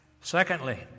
Secondly